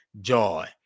joy